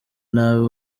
nabi